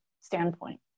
standpoint